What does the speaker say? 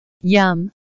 Yum